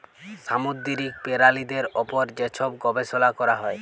সামুদ্দিরিক পেরালিদের উপর যে ছব গবেষলা ক্যরা হ্যয়